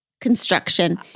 construction